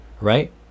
right